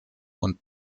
und